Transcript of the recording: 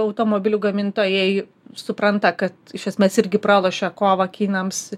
automobilių gamintojai supranta kad iš esmės irgi pralošė kovą kinams